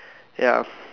ya